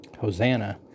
Hosanna